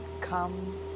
come